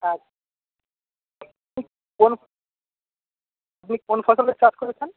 আচ্ছা কোন আপনি কোন ফসলের চাষ করেছেন